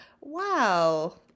wow